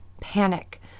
panic